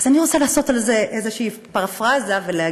אז אני רוצה לעשות על זה איזושהי פרפראזה ולהגיד: